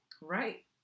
Right